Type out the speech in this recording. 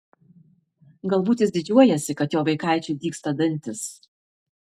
galbūt jis didžiuojasi kad jo vaikaičiui dygsta dantys